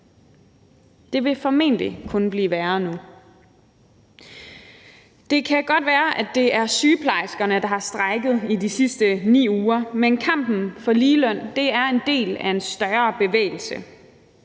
Det vil formentlig kun blive værre nu. Det kan godt være, at det er sygeplejerskerne, der har strejket i de sidste 9 uger, men kampen for ligeløn er en del af en større bevægelse.